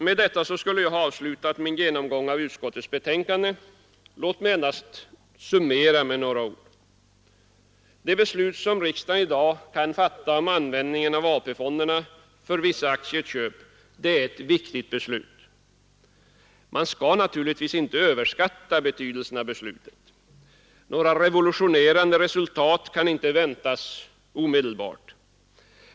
Med detta skulle jag ha avslutat min genomgång av utskottets betänkande. Låt mig endast summera med några ord! Det beslut som riksdagen i dag kan fatta om användning av AP-fonderna för vissa aktieköp är ett viktigt beslut. Man skall naturligtvis inte överskatta betydelsen av beslutet. Några revolutionerande resultat kan inte väntas omedelbart.